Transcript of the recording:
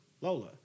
Lola